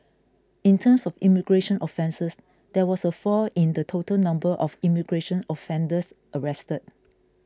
in terms of immigration offences there was a fall in the total number of immigration offenders arrested